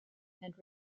and